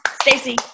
Stacey